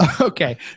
Okay